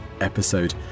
episode